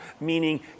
meaning